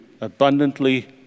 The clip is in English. abundantly